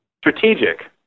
strategic